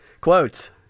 quotes